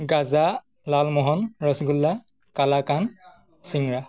গজা লালমোহন ৰসগোল্লা কালাকান চিংৰা